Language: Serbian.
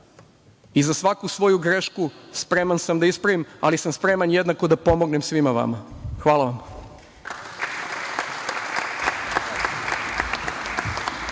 i svaku svoju grešku spreman sam da ispravim, ali sam spreman jednako i da pomognem svima vama. Hvala vam.